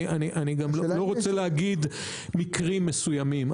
אני גם לא רוצה להגיד מקרים מסוימים,